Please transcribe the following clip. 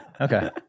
okay